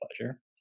pleasure